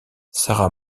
sarah